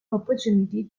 opportunity